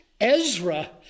Ezra